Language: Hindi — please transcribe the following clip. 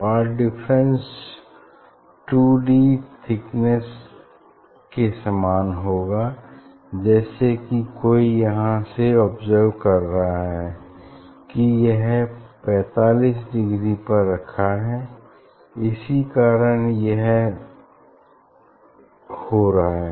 path difference two d thickness के समान होगा जैसे की कोई यहाँ से ऑब्ज़र्व कर रहा है की यह पैंतालीस डिग्री पर रखा है इसी कारण यह हो रहा है